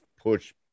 push